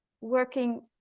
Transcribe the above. working